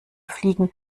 fliegen